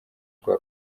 rwa